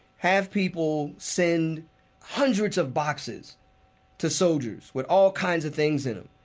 have people send hundreds of boxes to soldiers with all kinds of things in them,